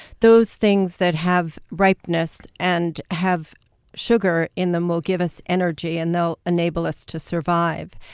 those things that have ripeness and have sugar in them will give us energy and they'll enable us to survive.